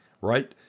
right